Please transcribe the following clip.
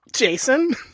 Jason